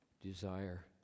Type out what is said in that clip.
desire